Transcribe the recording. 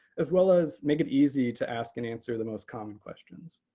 as well as make it easy to ask and answer the most common questions.